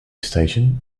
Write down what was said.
station